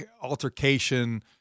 altercation